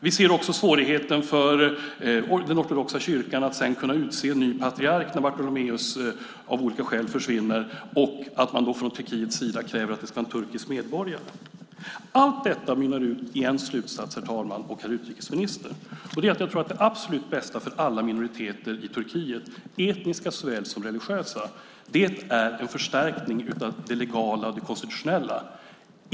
Vi ser också svårigheten för den ortodoxa kyrkan att kunna utse en ny patriark när Bartholomeus av olika skäl försvinner och man från Turkiets sida kräver att det ska vara en turkisk medborgare. Allt detta mynnar ut i en slutsats, herr talman och herr utrikesminister. Jag tror att det absolut bästa för alla minoriteter i Turkiet, etniska såväl som religiösa, är en förstärkning av det legala och det konstitutionella.